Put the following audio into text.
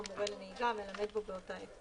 הצגת המידע המופק מהטכוגרף תעשה באחד או